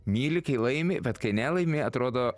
myli kai laimi bet kai nelaimi atrodo